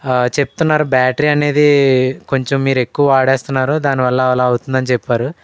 చెప్తున్నారు బ్యాటరీ అనేది కొంచెం మీరు ఎక్కువ వాడేస్తున్నారు దానివల్ల అలా అవుతుందని చెప్పారు